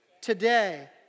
today